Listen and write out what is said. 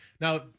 Now